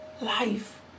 life